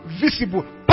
visible